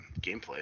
gameplay